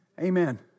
Amen